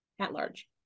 At-large